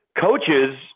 coaches